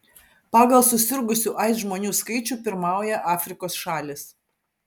pagal susirgusių aids žmonių skaičių pirmauja afrikos šalys